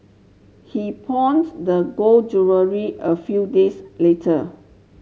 he pawned the gold jewellery a few days later